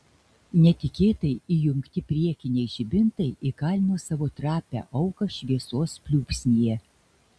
netikėtai įjungti priekiniai žibintai įkalino savo trapią auką šviesos pliūpsnyje